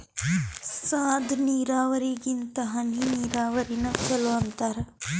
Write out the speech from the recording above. ಸಾದ ನೀರಾವರಿಗಿಂತ ಹನಿ ನೀರಾವರಿನ ಚಲೋ ಅಂತಾರ